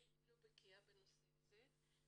אני לא בקיאה בנושא הזה,